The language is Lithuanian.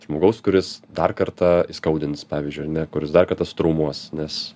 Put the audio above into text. žmogaus kuris dar kartą įskaudins pavyzdžiui ar ne kuris dar kartą sutraumuos nes